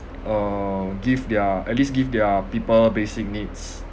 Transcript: uh give their at least give their people basic needs